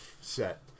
set